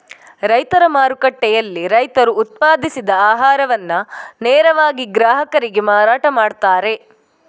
ರೈತರ ಮಾರುಕಟ್ಟೆಯಲ್ಲಿ ರೈತರು ಉತ್ಪಾದಿಸಿದ ಆಹಾರವನ್ನ ನೇರವಾಗಿ ಗ್ರಾಹಕರಿಗೆ ಮಾರಾಟ ಮಾಡ್ತಾರೆ